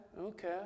okay